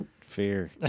fear